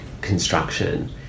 construction